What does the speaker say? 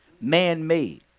man-made